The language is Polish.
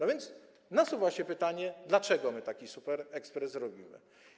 A więc nasuwa się pytanie: Dlaczego my taki superekspres robimy?